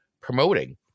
promoting